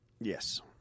Yes